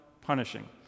punishing